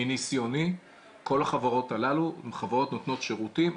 מניסיוני כל החברות הללו הן חברות נותנות שירותים,